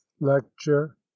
Lecture